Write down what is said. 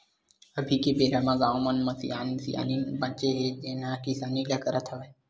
अभी के बेरा म गाँव मन म सियान सियनहिन बाचे हे जेन ह किसानी ल करत हवय